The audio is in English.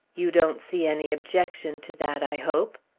you don't see any objection to that, i hope.